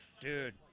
Dude